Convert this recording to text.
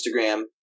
Instagram